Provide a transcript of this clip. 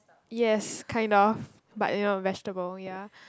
yes kind of but you know vegetable ya